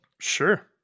Sure